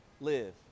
live